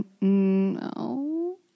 no